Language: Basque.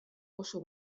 oso